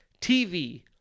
TV